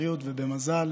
בבריאות ובמזל.